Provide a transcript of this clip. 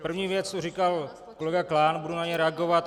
První věc tu říkal kolega Klán, budu na něj reagovat.